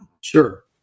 Sure